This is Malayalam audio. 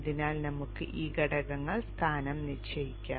അതിനാൽ നമുക്ക് ഈ ഘടകങ്ങൾ സ്ഥാനം നിശ്ചയിക്കാം